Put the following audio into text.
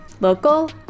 Local